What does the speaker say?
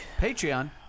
patreon